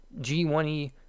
G1E